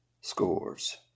scores